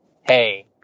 hey